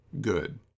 good